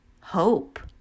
Hope